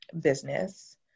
business